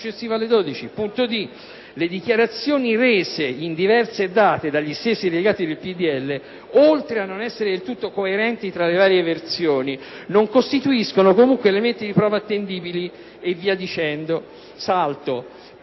ampiamente successivo alle ore 12. Le dichiarazioni rese in diverse date dagli stessi delegati del PdL, oltre a non essere del tutto coerenti tra le varie versioni, non costituiscono comunque elementi di prova attendibili e via dicendo. Le